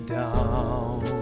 down